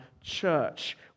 church